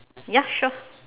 ya sure